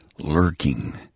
Lurking